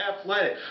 athletic